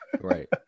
Right